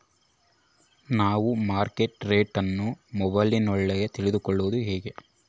ನಾವು market rate ಅನ್ನು ಮೊಬೈಲಲ್ಲಿ ತಿಳ್ಕಳೋದು ಹೇಗೆ?